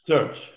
Search